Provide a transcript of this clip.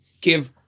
give